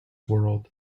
world